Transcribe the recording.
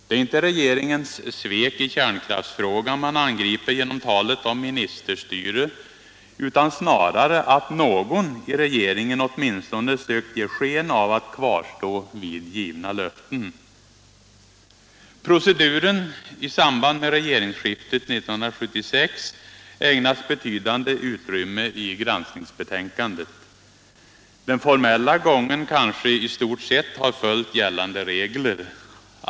Det är inte regeringens svek i kärnkraftsfrågan man angriper genom talet om ministerstyre utan snarare att någon i regeringen åtminstone sökt ge sken av att fasthålla vid givna löften. Proceduren i samband med regeringsskiftet 1976 ägnas betydande utrymme i granskningsbetänkandet. Den formella gången har kanske i stort sett följt gällande regler.